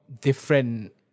Different